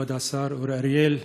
כבוד השר אורי אריאל,